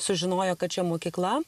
sužinojo kad čia mokykla